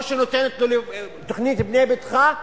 או שהיא נותנת לו תוכנית "בנה ביתך",